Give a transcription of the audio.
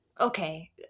Okay